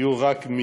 תהיה רק,